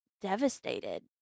devastated